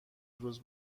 روز